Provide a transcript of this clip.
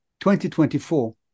2024